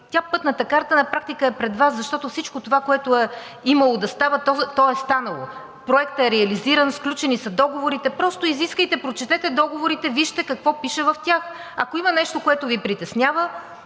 тя, Пътната карта, на практика е пред Вас, защото всичко това, което е имало да става, то е станало – проектът е реализиран, сключени са договорите. Просто изискайте, прочетете договорите, вижте какво пише в тях. Ако има нещо, което Ви притеснява,